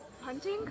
hunting